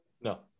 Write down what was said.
No